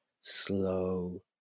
slow